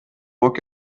work